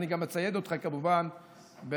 אני גם אצייד אותך כמובן בנתונים,